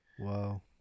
Wow